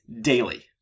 daily